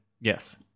Yes